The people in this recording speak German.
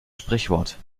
sprichwort